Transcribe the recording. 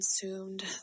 consumed